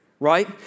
Right